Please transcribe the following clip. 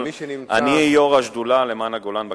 אבל אני יושב-ראש השדולה למען הגולן בכנסת.